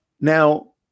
Now